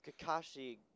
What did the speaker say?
Kakashi